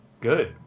Good